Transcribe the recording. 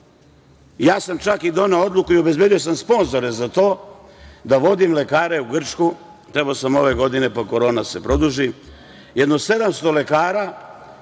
sam čak i doneo odluku i obezbedio sam sponzore za to da vodim lekare u Grčku, trebao sam ove godine, pa korona se produži, jedno 700 lekara,